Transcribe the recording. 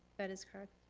that is correct.